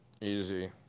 Easy